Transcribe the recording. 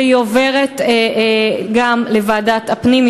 וגם היא עוברת לוועדת הפנים.